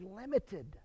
limited